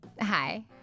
Hi